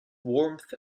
warmth